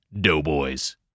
doughboys